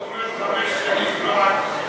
כבוד היושב-ראש,